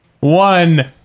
One